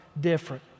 different